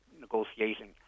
negotiating